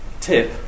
tip